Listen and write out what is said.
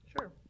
Sure